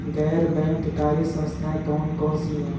गैर बैंककारी संस्थाएँ कौन कौन सी हैं?